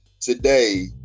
today